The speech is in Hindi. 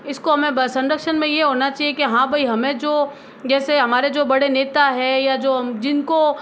इसको हमें बस संरक्षण में ये होना चाहिए के हाँ भई हमें जो जैसे हमारे जो बड़े नेता है या जो जिनको